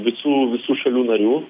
visų visų šalių narių